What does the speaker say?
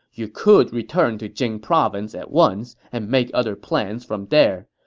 you could return to jing province at once and make other plans from there.